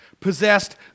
possessed